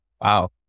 Wow